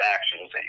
actions